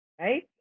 Right